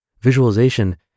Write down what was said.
Visualization